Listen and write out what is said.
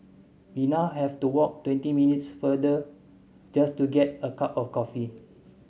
we now have to walk twenty minutes farther just to get a cup of coffee